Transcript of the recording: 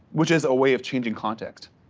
which is a way of changing context.